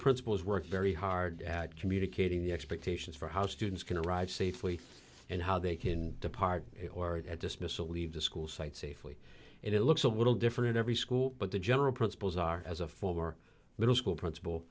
principals work very hard at communicating the expectations for how students can arrive safely and how they can depart or at dismissal leave the school site safely it looks a little different every school but the general principles are as a for middle school principal